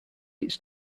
its